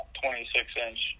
26-inch